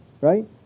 Right